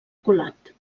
colat